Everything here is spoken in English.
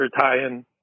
tie-in